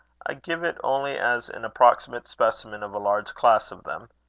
i give it only as an approximate specimen of a large class of them.